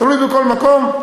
תלוי בכל מקום,